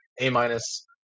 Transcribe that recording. A-minus